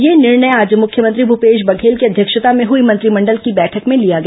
यह निर्णय आज मुख्यमंत्री भूपेश बघेल की अध्यक्षता में हुई मंत्रिमंडल की बैठक में लिया गया